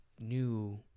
new